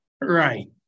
Right